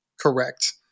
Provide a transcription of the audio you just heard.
correct